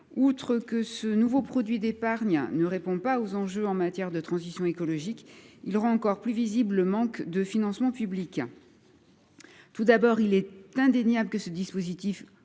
Outre que ce nouveau produit d’épargne ne répond pas aux enjeux de la transition écologique, il rend encore plus visible le manque de financement public. D’une part, il est indéniable que ce dispositif